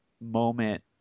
moment